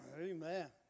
Amen